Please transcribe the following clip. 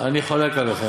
אני חולק עליכם.